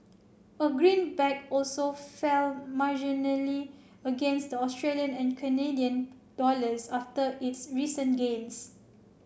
a greenback also fell marginally against Australian and Canadian dollars after its recent gains